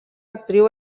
actriu